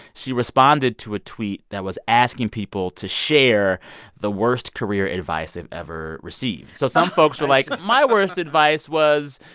she responded to a tweet that was asking people to share the worst career advice they've ever received. so some folks were like, but my worst advice was,